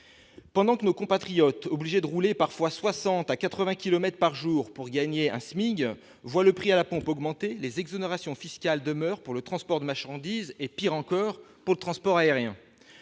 Pendant que nos compatriotes, obligés de rouler parfois 60 à 80 kilomètres par jour pour gagner un SMIC, voient le prix à la pompe augmenter, les exonérations fiscales demeurent pour le transport de marchandises et, pis encore, pour le transport aérien.